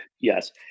yes